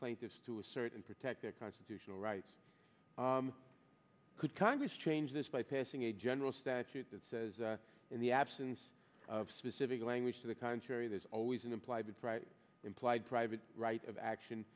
plaintiffs to a certain protect their constitutional rights could congress change this by passing a general statute that says that in the absence of specific language to the contrary there's always an implied implied private right of action